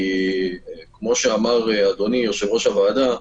כי כפי שאמר אדוני יושב-ראש הוועדה,